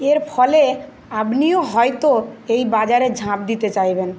এর ফলে আপনিও হয়তো এই বাজারে ঝাঁপ দিতে চাইবেন